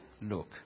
look